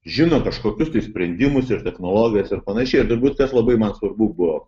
žino kažkokius sprendimus ir technologijas ir panašiai ir turbūt kas labai man svarbu buvo